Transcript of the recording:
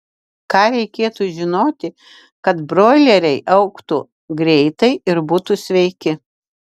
ką reikėtų žinoti kad broileriai augtų greitai ir būtų sveiki